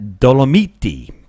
Dolomiti